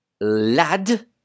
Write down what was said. Lad